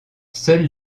seuls